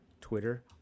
Twitter